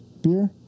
beer